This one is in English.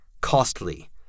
costly